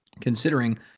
considering